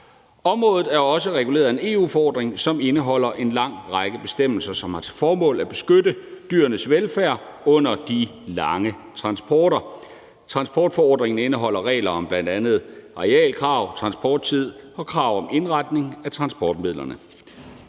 Området er også reguleret af en EU-forordning, som indeholder en lang række bestemmelser, som har til formål at beskytte dyrenes velfærd under de lange transporter. Transportforordningen indeholder regler om bl.a. arealkrav, transporttid og krav til indretning af transportmidlerne.